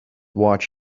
watch